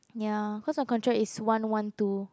ya because I control is one one two